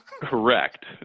Correct